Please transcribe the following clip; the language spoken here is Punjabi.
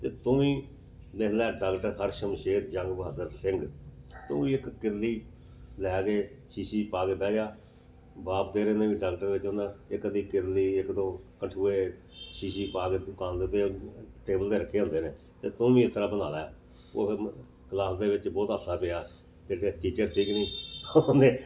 ਅਤੇ ਤੂੰ ਵੀ ਲਿਖ ਲੈ ਡਾਕਟਰ ਹਰਸ਼ਮਸ਼ੇਰ ਜੰਗ ਬਹਾਦਰ ਸਿੰਘ ਤੂੰ ਵੀ ਇੱਕ ਕਿਰਲੀ ਲੈ ਕੇ ਸ਼ੀਸ਼ੀ 'ਚ ਪਾ ਕੇ ਬਹਿ ਜਾ ਬਾਪ ਤੇਰੇ ਨੇ ਵੀ ਡਾਕਟਰ ਵਿੱਚ ਉਹਦਾ ਇਹ ਅੱਧੀ ਕਿਰਲੀ ਇੱਕ ਦੋ ਕਛੂਏ ਸ਼ੀਸ਼ੀ 'ਚ ਪਾ ਕੇ ਦੁਕਾਨ ਦੇ ਉੱਤੇ ਟੇਬਲ 'ਤੇ ਰੱਖੇ ਹੁੰਦੇ ਨੇ ਅਤੇ ਤੂੰ ਵੀ ਇਸ ਤਰ੍ਹਾਂ ਬਣਾ ਲੈ ਉਹ ਫਿਰ ਕਲਾਸ ਦੇ ਵਿੱਚ ਬਹੁਤਾ ਹਾਸਾ ਪਿਆ ਅਤੇ ਫਿਰ ਟੀਚਰ ਸੀਗੇ ਉਹਨੇ